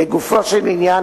לגופו של עניין,